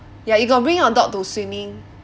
ya you got bring your dog to swimming